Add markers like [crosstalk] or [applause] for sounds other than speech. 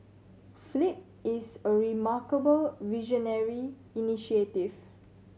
flip is a remarkably visionary [unintelligible]